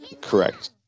Correct